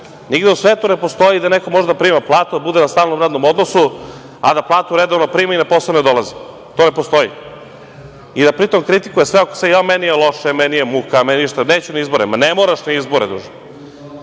Nigde u svetu ne postoji da neko može da prima platu, a da bude u stalnom radnom odnosu, a da platu redovno prima i na posao ne dolazi. To ne postoji, i da pri tom kritikuje, sve kao jao meni je loše, meni je muka, neću na izbore. Ma, ne moraš na izbore, druže. Oni